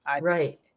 Right